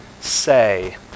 say